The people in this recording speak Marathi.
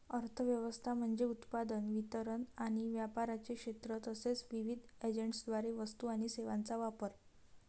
अर्थ व्यवस्था म्हणजे उत्पादन, वितरण आणि व्यापाराचे क्षेत्र तसेच विविध एजंट्सद्वारे वस्तू आणि सेवांचा वापर